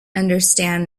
understand